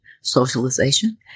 socialization